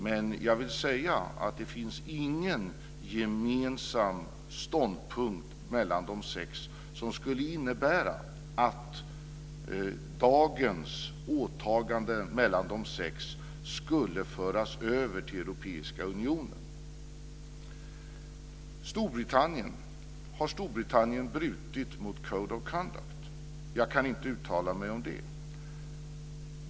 Men jag vill säga att det inte finns någon gemensam ståndpunkt mellan de sex som skulle innebära att dagens åtaganden skulle föras över till Europeiska unionen. Har Storbritannien brutit mot Code of conduct? Jag kan inte uttala mig om det.